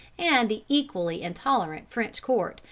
and the equally intolerant french court,